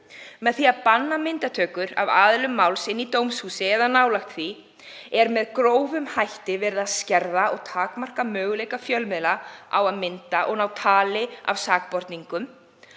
Með því að banna myndatökur af aðilum máls inni í dómshúsi eða nálægt því er með grófum hætti verið að skerða og takmarka möguleika fjölmiðla á að mynda og ná tali af sakborningum.